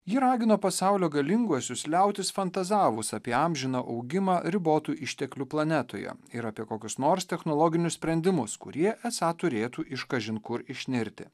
ji ragino pasaulio galinguosius liautis fantazavus apie amžiną augimą ribotų išteklių planetoje ir apie kokius nors technologinius sprendimus kurie esą turėtų iš kažin kur išnirti